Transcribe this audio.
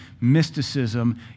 mysticism